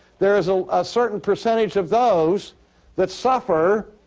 there's a ah certain percentage of those that suffer